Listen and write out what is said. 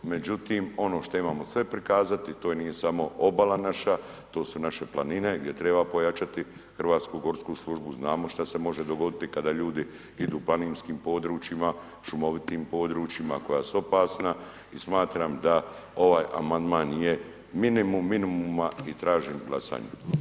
Međutim ono što imamo sve prikazati to i nije samo obala naša, to su naše planine gdje treba pojačati Hrvatsku gorsku službu, znamo šta se mogu dogoditi kada ljudi idu planinskim područjima, šumovitim područjima koja su opasna i smatram da ovaj amandman je minimum minimuma i tražim glasanje.